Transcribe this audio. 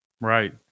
Right